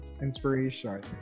inspiration